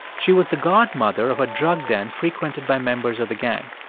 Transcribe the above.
she was the godmother of a drug den frequented by members of the gang.